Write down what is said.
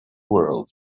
world